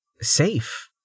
safe